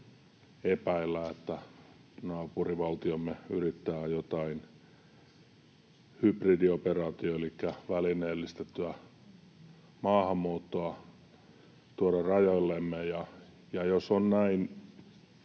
epäillä, että naapurivaltiomme yrittää jotain hybridioperaatiota eli välineellistettyä maahanmuuttoa tuoda rajoillemme. Ja jos on